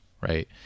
right